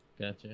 Gotcha